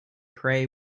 prey